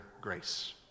grace